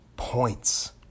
points